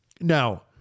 now